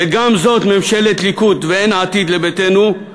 וגם זאת ממשלת ליכוד ואין עתיד לביתנו,